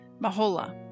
Mahola